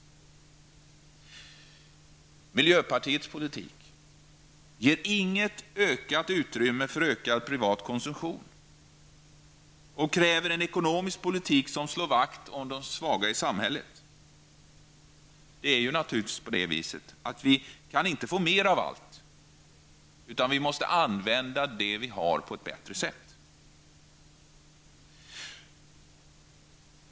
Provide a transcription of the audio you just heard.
Miljöpartiets politik ger inget ökat utrymme för ökad privat konsumtion och kräver en ekonomisk politik som slår vakt om de svaga i samhället. Vi kan inte få mer av allt, utan vi måste använda det vi har på ett bättre sätt.